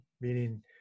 meaning